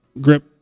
grip